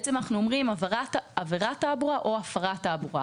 אנחנו אומרים עבירת תעבורה או הפרת תעבורה,